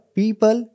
people